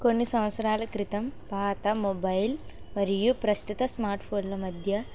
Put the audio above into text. కొన్ని సంవత్సరాల క్రితం పాత మొబైల్ మరియు ప్రస్తుత స్మార్ట్ ఫోన్ల మధ్య